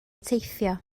teithio